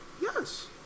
Yes